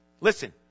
listen